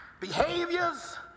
behaviors